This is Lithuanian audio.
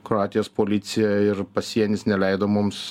kroatijos policija ir pasienis neleido mums